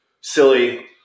silly